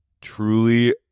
Truly